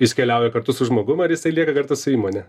jis keliauja kartu su žmogum ir jisai lieka kartu su įmone